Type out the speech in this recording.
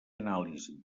anàlisi